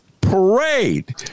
parade